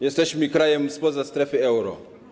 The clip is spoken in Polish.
Jesteśmy krajem spoza strefy euro.